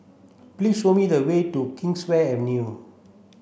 please show me the way to Kingswear Avenue